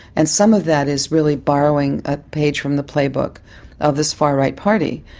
and some of that is really borrowing a page from the playbook of this far-right party.